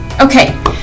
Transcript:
Okay